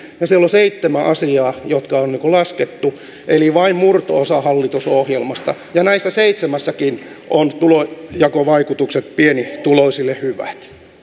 ja siellä on seitsemän asiaa jotka on laskettu eli vain murto osa hallitusohjelmasta ja näissä seitsemässäkin ovat tulonjakovaikutukset pienituloisille hyvät